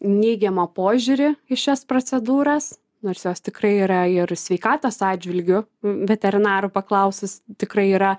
neigiamą požiūrį į šias procedūras nors jos tikrai yra ir sveikatos atžvilgiu veterinarų paklausus tikrai yra